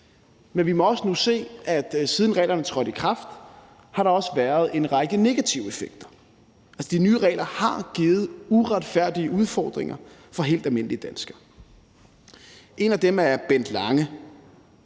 Men vi kan også nu se, at siden reglerne trådte i kraft, har der også været en række negative effekter. De nye regler har givet uretfærdige udfordringer for helt almindelige danskere. En af dem er Bent Lange.